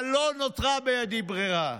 אבל לא נותרה בידי ברירה.